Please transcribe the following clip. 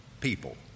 people